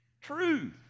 truth